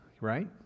right